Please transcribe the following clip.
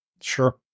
Sure